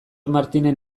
martinen